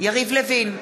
יריב לוין,